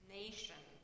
nation